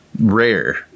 rare